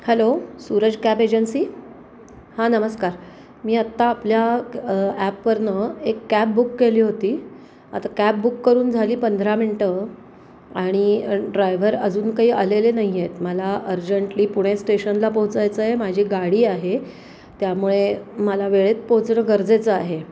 hello Suraj cab agency हां नमस्कार मी आत्ता आपल्या ॲपवरून एक कॅब बुक केली होती आता कॅब बुक करून झाली पंधरा मिनटं आणि ड्रायव्हर अजून काही आलेले नाही आहे मला अर्जंटली पुणे स्टेशनला पोचायचं आहे माझी गाडी आहे त्यामुळे मला वेळेत पोहोचणं गरजेचं आहे